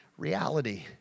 reality